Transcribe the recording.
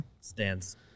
Stands